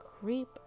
creep